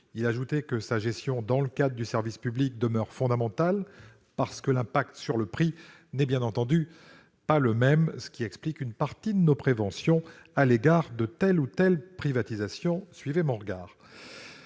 de préserver. Sa gestion dans le cadre du service public demeure fondamentale. » Elle est fondamentale, parce que l'impact sur le prix n'est bien entendu pas le même, ce qui explique une partie de nos préventions à l'égard de telle ou telle privatisation, suivez mon regard